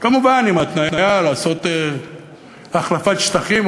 כמובן עם התניה לעשות החלפת שטחים,